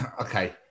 okay